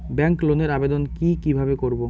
Bank লোনের আবেদন কি কিভাবে করব?